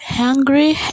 hungry